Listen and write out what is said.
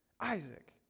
Isaac